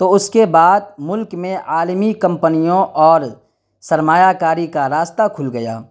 تو اس کے بعد ملک میں عالمی کمپنیوں اور سرمایہ کاری کا راستہ کھل گیا